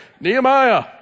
Nehemiah